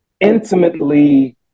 intimately